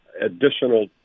additional